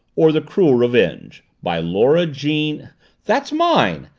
or the cruel revenge by laura jean that's mine!